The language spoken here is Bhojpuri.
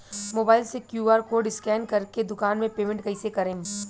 मोबाइल से क्यू.आर कोड स्कैन कर के दुकान मे पेमेंट कईसे करेम?